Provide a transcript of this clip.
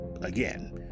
again